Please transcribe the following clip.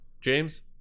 James